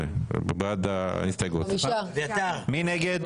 מי נגד?